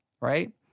right